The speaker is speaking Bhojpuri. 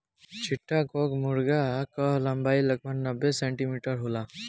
चिट्टागोंग मुर्गा कअ लंबाई लगभग नब्बे सेंटीमीटर होला